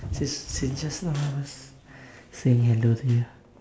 since since just now I was saying hello to you